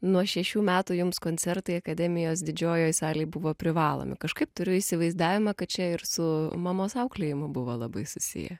nuo šešių metų jums koncertai akademijos didžiojoj salėj buvo privalomi kažkaip turiu įsivaizdavimą kad čia ir su mamos auklėjimu buvo labai susiję